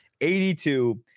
82